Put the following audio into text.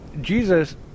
Jesus